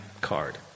card